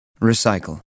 Recycle